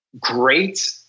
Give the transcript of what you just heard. Great